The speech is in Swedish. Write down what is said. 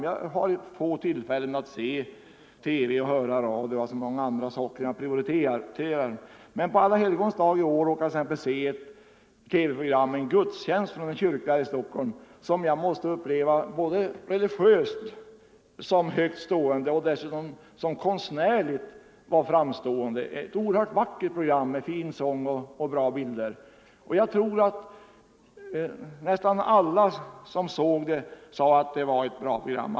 Jag har få tillfällen att se TV och höra radio — det är så många andra saker jag prioriterar — men på Alla Helgons dag i år råkade jag t.ex. se ett TV-program med en gudstjänst från en kyrka i Stockholm, som jag upplevde som religöst högt stående och dessutom som konstnärligt framstående. Det var ett oerhört vackert program med fin sång och bra bilder. Jag tror att alla som såg det tyckte att det var ett bra program.